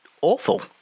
awful